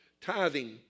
Tithing